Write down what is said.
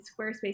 Squarespace